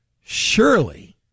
surely